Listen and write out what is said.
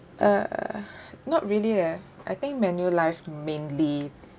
uh not really leh I think manulife mainly